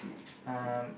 um okay